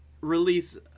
release